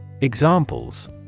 Examples